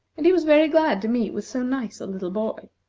and he was very glad to meet with so nice a little boy.